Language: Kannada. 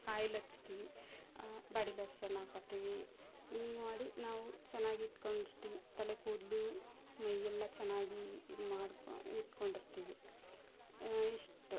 ಆಯಿಲ್ ಹಚ್ತಿವಿ ಬಾಡಿ ಲೋಸನ್ ಹಾಕೋತಿವಿ ಹಿಂಗ್ ಮಾಡಿ ನಾವು ಚೆನ್ನಾಗಿ ಇಟ್ಕೊಂಡಿರ್ತೀವಿ ತಲೆ ಕೂದಲು ಮೈಯೆಲ್ಲ ಚೆನ್ನಾಗಿ ಇದ್ಮಾಡ್ಕೊಂಡು ಇಟ್ಕೊಂಡಿರ್ತೀವಿ ನೆಸ್ಟ